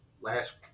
last